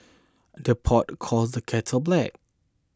the pot calls the kettle black